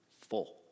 full